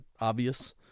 obvious